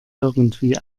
irgendwie